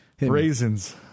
Raisins